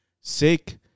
sick